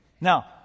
Now